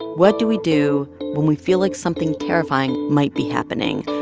what do we do when we feel like something terrifying might be happening,